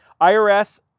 IRS